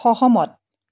সহমত